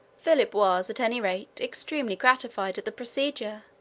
philip was, at any rate, extremely gratified at the procedure,